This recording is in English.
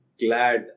glad